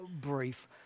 brief